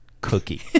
cookie